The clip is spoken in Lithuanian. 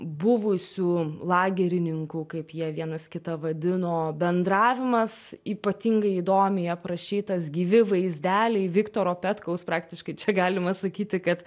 buvusių lagerininkų kaip jie vienas kitą vadino bendravimas ypatingai įdomiai aprašytas gyvi vaizdeliai viktoro petkaus praktiškai čia galima sakyti kad